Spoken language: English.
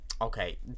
Okay